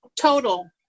total